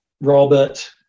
Robert